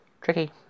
Tricky